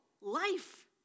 life